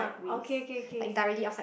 okay K K K